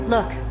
Look